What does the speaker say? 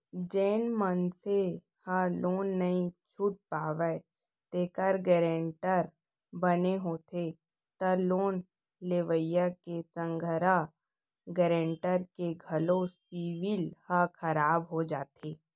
जेन मनसे ह लोन नइ छूट पावय तेखर गारेंटर बने होथे त लोन लेवइया के संघरा गारेंटर के घलो सिविल ह खराब हो जाथे